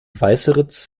weißeritz